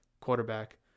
quarterback